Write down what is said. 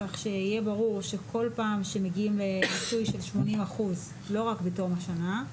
כך שיהיה ברור שכל פעם שמגיעים למיצוי של 80% לא רק בתום השנה,